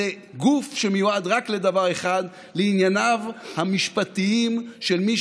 זה גוף שנועד רק לדבר אחד: לענייניו המשפטיים של מי